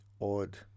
odd